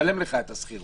ממה נשלם לך את השכירות?